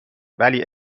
ولی